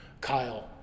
Kyle